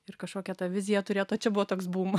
ir kažkokia ta vizija turėta o čia buvo toks bum